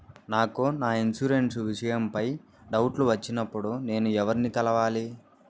నాకు నా ఇన్సూరెన్సు విషయం పై డౌట్లు వచ్చినప్పుడు నేను ఎవర్ని కలవాలి?